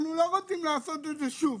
אנו לא רוצים לעשות זאת שוב.